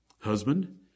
Husband